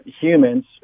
humans